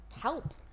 help